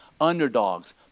underdogs